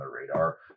radar